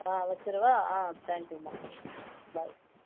ஆ வச்சுடவா ஆ தேங்க்யூம்மா பாய்